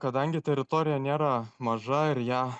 kadangi teritorija nėra maža ir ją